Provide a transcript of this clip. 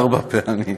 ארבע פעמים.